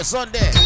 Sunday